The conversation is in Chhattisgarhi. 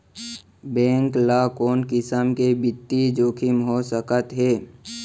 बेंक ल कोन किसम के बित्तीय जोखिम हो सकत हे?